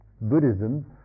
Buddhism